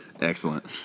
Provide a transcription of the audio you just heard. Excellent